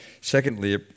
secondly